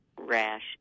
Rash